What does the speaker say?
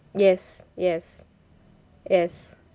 yes yes yes